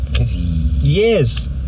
Yes